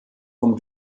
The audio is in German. vom